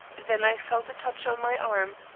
than i felt a touch on my arm,